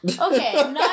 Okay